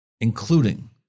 including